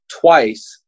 twice